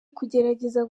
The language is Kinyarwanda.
ukugerageza